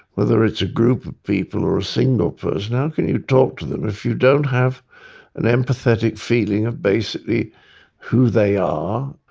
whether it's a group of people or a single person? how can you talk to them if you don't have an empathetic feeling of basically who they are,